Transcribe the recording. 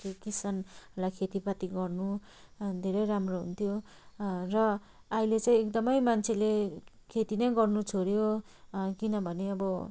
कि किसानलाई खेतीपाती गर्नु धेरै राम्रो हुन्थ्यो र अहिले चाहिँ एकदमै मान्छेले खेती नै गर्नु छोड्यो किनभने अब